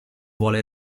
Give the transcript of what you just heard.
vuole